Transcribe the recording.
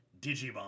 Digimon